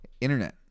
internet